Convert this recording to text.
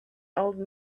old